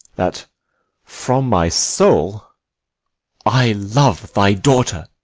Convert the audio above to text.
that from my soul i love thy daughter.